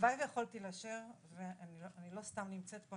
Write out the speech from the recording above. הלוואי שיכולתי לאשר, ואני לא סתם נמצאת פה.